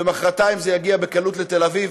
ומחרתיים זה יגיע בקלות לתל-אביב.